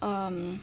um